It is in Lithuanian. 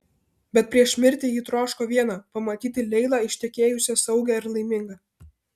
bet prieš mirtį ji troško viena pamatyti leilą ištekėjusią saugią ir laimingą